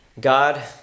God